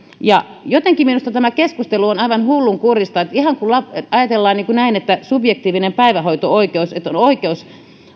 jotenkin minusta tämä keskustelu on aivan hullunkurista se että ajatellaan niin kuin näin että subjektiivinen päivähoito oikeus on oikeus